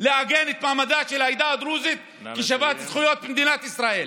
לעגן את מעמדה של העדה הדרוזית כשוות זכויות במדינת ישראל.